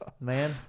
man